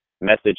message